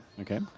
Okay